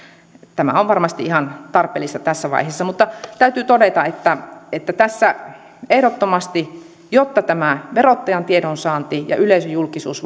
tämä on varmasti ihan tarpeellista tässä vaiheessa mutta täytyy todeta että että ehdottomasti jotta verottajan tiedonsaanti ja yleisöjulkisuus